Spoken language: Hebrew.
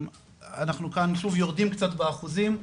אנחנו כאן שוב יורדים קצת באחוזים,